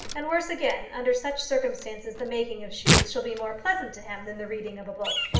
and worse again under such circumstances the making of shoes shall be more pleasant to him than the reading of a book.